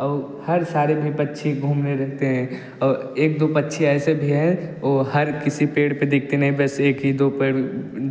और हर सारे में पक्षी घूमें रहते हैं और एक दो पक्षी ऐसे भी हैं ओ हर किसी पेड़ पर दिखते नहीं बस एक ही दो पेड़